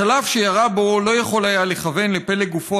הצלף שירה בו לא יכול היה לכוון לפלג גופו